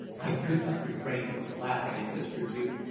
i could not refrain from laughing at this rebuke,